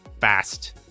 fast